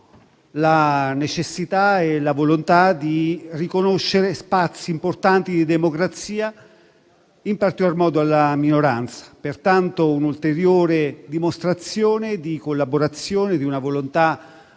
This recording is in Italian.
la necessità e la volontà di riconoscere spazi importanti di democrazia, in particolar modo alla minoranza. È una ulteriore dimostrazione di collaborazione e di una volontà,